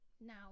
Now